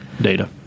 data